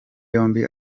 yombi